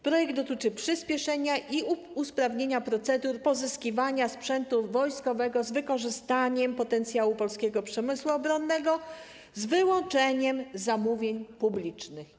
Projekt dotyczy przyspieszenia i usprawnienia procedur pozyskiwania sprzętu wojskowego z wykorzystaniem potencjału polskiego przemysłu obronnego, z wyłączeniem zamówień publicznych.